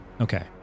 Okay